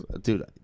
Dude